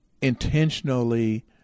intentionally